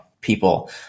people